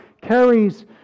carries